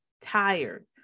Tired